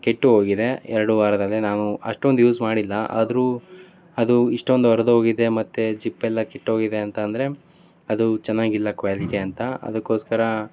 ಕೆಟ್ಟು ಹೋಗಿದೆ ಎರಡು ವಾರದಲ್ಲಿ ನಾವು ಅಷ್ಟೊಂದು ಯೂಸ್ ಮಾಡಿಲ್ಲ ಆದರೂ ಅದು ಇಷ್ಟೊಂದು ಹರ್ದು ಹೋಗಿದೆ ಮತ್ತು ಜಿಪ್ ಎಲ್ಲ ಕಿತ್ತೋಗಿದೆ ಅಂತ ಅಂದರೆ ಅದು ಚೆನ್ನಾಗಿಲ್ಲ ಕ್ವಾಲಿಟಿ ಅಂತ ಅದಕ್ಕೋಸ್ಕರ